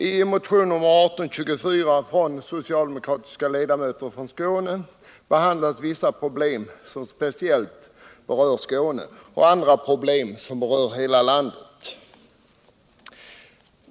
I motionen 1824 av tre socialdemokratiska ledamöter från Skåne behandlas vissa problem som speciellt rör Skåne samt andra problem som rör hela landet.